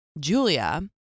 julia